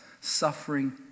suffering